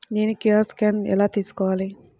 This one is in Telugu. నేను క్యూ.అర్ స్కాన్ ఎలా తీసుకోవాలి?